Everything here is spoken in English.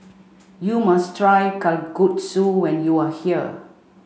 you must try Kalguksu when you are here